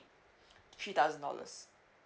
three thousand dollars